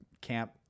camp